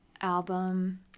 album